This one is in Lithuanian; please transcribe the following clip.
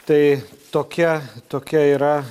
tai tokia tokia yra